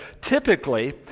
typically